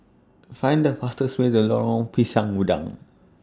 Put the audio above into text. Find The fastest Way The Lorong Pisang Udang